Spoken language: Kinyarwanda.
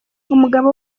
umugabo